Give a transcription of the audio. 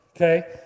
Okay